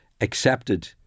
accepted